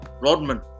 Rodman